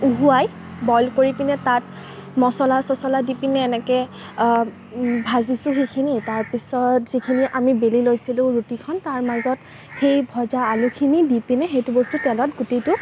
উহোৱাই boil কৰি পিনে তাত মচলা চচলা দি পিনে এনেকৈ ভাজিছোঁ সেইখিনি তাৰপিছত যিখিনি আমি বেলি লৈছিলোঁ ৰুটিখন তাৰ মাজত সেই ভজা আলুখিনি দি পেনি সেইটো বস্তু তেলত গোটেইটো